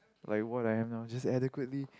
like what I am now just adequately